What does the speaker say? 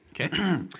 okay